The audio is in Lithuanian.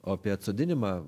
o apie atsodinimą